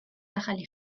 ახალი